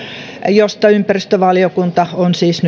josta ympäristövaliokunta on siis